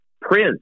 Prince